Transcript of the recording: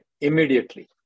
Immediately